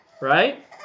Right